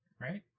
Right